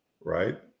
right